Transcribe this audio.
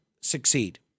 succeed